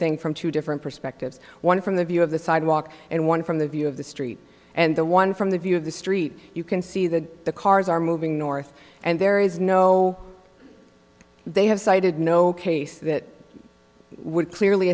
thing from two different perspectives one from the view of the sidewalk and one from the view of the street and the one from the view of the street you can see that the cars are moving north and there is no they have cited no case that would clearly